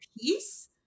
piece